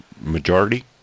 majority